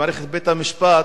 מערכת בית-המשפט,